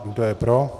Kdo je pro?